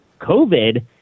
COVID